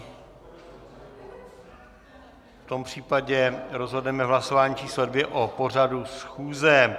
V tom případě rozhodneme v hlasování číslo 2 o pořadu schůze.